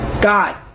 God